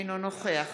אינו נוכח